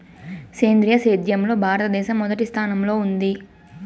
సేంద్రీయ సేద్యంలో భారతదేశం మొదటి స్థానంలో ఉంది